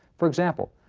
for example,